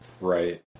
Right